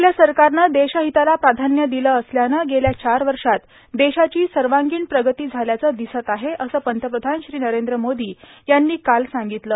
आपल्या सरकारनं देशहिताला प्राधान्य दिलं असल्यानं गेल्या चार वर्षात देशाची सर्वांगीण प्रगती झाल्याचं दिसत आहे असं पंतप्रधान श्री नरेंद्र मोदी यांनी काल सांगितलं